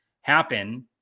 happen